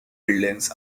buildings